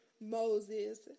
Moses